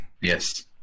Yes